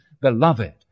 Beloved